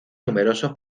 numerosos